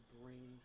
bring